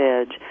edge